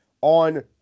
on